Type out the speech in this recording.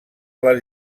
les